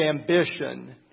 ambition